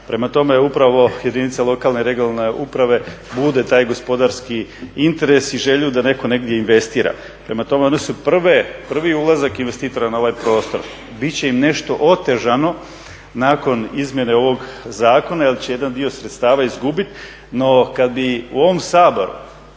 Prema tome, upravo jedinice lokalne i regionalne uprave bude taj gospodarski interes i želju da netko negdje investira. Prema tome, oni su prvi ulazak investitora na ovaj prostor. Bit će im nešto otežano nakon izmjene ovog zakona, jer će jedan dio sredstava izgubiti. No, kad bi u ovom Saboru